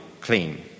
clean